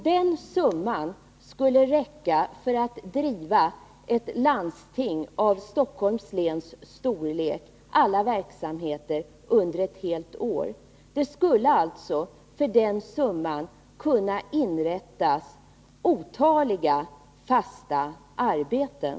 Den summan skulle räcka för att driva ett landsting av Stockholms läns storlek — alla verksamheter — under ett helt år. Det skulle alltså för den summan kunna inrättas otaliga fasta arbeten.